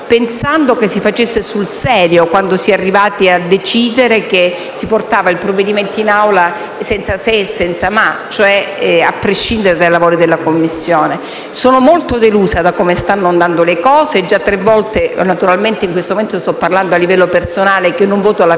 pensando che si facesse sul serio quando si è arrivati a decidere di portare il provvedimento in Assemblea senza se e senza ma, cioè a prescindere dal lavoro della Commissione. Sono molto delusa da come stanno andando le cose. Sono già tre volte - naturalmente in questo momento sto parlando a livello personale - che non voto la fiducia